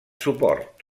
suport